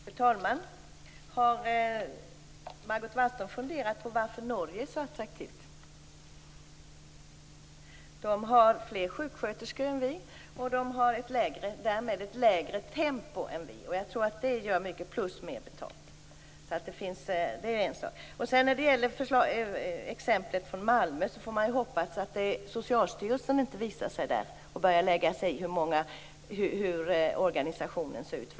Fru talman! Har Margot Wallström funderat på varför Norge är så attraktivt? De har fler sjuksköterskor än vi. De har därmed ett lägre tempo än vi. Jag tror att det gör mycket, plus mer betalt. När det gäller exemplet från Malmö får man hoppas att Socialstyrelsen inte visar sig där och börjar lägga sig i hur organisationen ser ut.